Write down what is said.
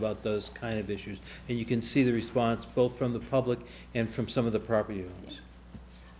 about those kind of issues and you can see the response both from the public and from some of the property